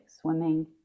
swimming